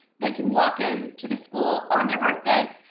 they can walk in to the school on their birthday